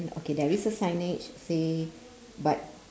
~d okay there is a signage say but